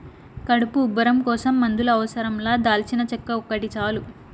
కడుపు ఉబ్బరం కోసం మందుల అవసరం లా దాల్చినచెక్క ఒకటి చాలు